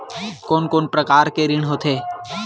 कोन कोन प्रकार के ऋण होथे?